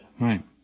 Right